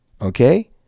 okay